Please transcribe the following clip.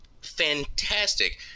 fantastic